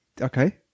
okay